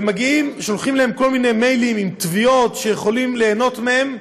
ושולחים להם כל מיני מיילים עם תביעות שהם יכולים ליהנות מהן,